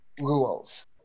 Rules